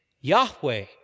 Yahweh